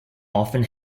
often